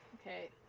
okay